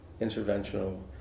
interventional